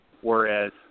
whereas